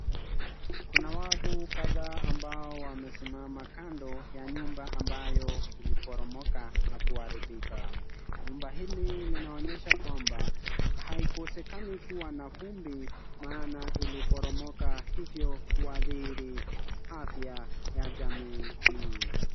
Kuna watu kadhaa ambao wamesimama kando ya nyumba ambayo iliporomoka na kuharibika. Nyumba hili linaonyesha kwamba haikosekanani kuwa na vumbi maana iliporomoka hivyo kuadhiri afya ya jamii hii.